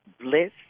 bliss